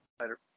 Later